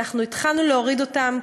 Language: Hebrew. ואנחנו התחלנו להוריד אותם,